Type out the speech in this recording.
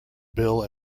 bill